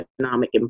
economic